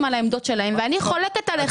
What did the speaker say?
בשל העמדות שלהם ואני חולקת עליך.